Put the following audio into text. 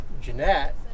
Jeanette